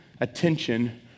attention